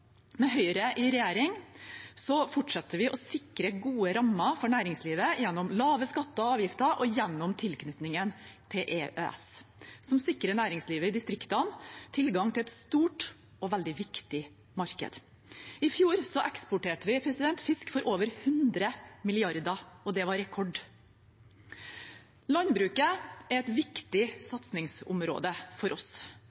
Med Høyre i regjering fortsetter vi å sikre gode rammer for næringslivet gjennom lave skatter og avgifter og gjennom tilknytningen til EØS, som sikrer næringslivet i distriktene tilgang til et stort og veldig viktig marked. I fjor eksporterte vi fisk for over 100 mrd. kr, og det var rekord. Landbruket er et viktig